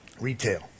Retail